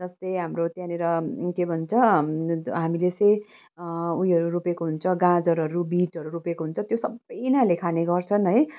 जस्तै हाम्रो त्यहाँनिर के भन्छ हामीले चाहिँ उयोहरू रोपेको हुन्छ गाजरहरू बिटहरू रोपेको हुन्छ त्यो सबै यिनीहरूले खाने गर्छन् है